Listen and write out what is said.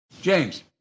James